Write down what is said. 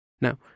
Now